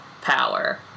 power